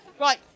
Right